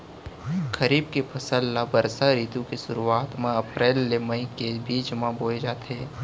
खरीफ के फसल ला बरसा रितु के सुरुवात मा अप्रेल ले मई के बीच मा बोए जाथे